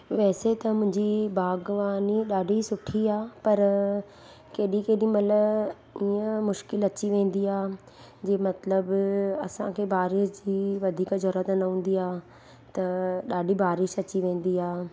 वैसे त मुंहिंजी बागवानी सुठी आहे पर केॾी केॾी महिल ईअं मुश्किलु अची वेंदी आहे जीअं मतिलबु असांखे बारिश जी वधीक ज़रूरत न हूंदी आहे त ॾाढी बारिश अची वेंदी आहे